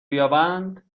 بیابند